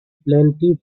plenty